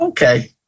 Okay